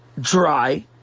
dry